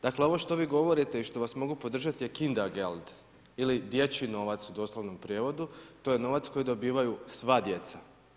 Dakle ovo što vi govorite i što vas mogu podržati je Kindergeld ili dječji novac u doslovnom prijevodu, to je novac koji dobivaju sva djeca.